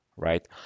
right